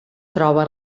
troba